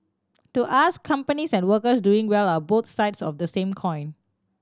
to us companies and workers doing well are both sides of the same coin